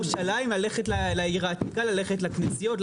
לירושלים, ללכת להעיר העתיקה, ללכת לכנסיות.